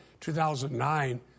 2009